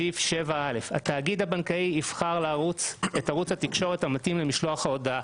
סעיף 7(א): "התאגיד הבנקאי יבחר את ערוץ התקשורת המתאים למשלוח ההודעה".